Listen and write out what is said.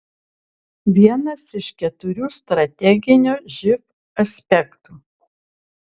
vienas iš keturių strateginio živ aspektų